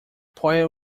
poet